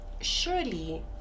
surely